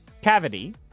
cavity